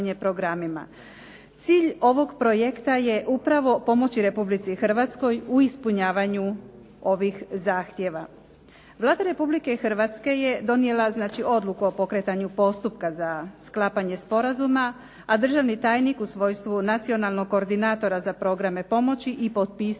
Cilj ovog projekta je upravo pomoći Republici Hrvatskoj u ispunjavanju ovih zahtjeva. Vlada Republike Hrvatske je donijela odluku o pokretanju postupka za sklapanje sporazuma, a državni tajnik u svojstvu nacionalnog koordinatora za programe pomoći i potpisao